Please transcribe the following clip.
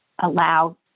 allow